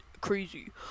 crazy